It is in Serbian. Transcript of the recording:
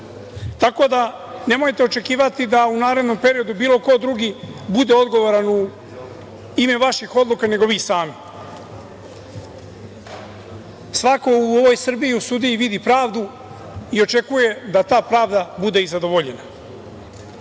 Nemojte očekivati da u narednom periodu bilo ko drugi bude odgovoran u ime vaših odluka, nego vi sami. Svako u ovoj Srbiji u sudiji vidi pravdu i očekuje da ta pravda bude i zadovoljena. Ono